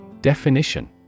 Definition